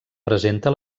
presenta